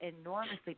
enormously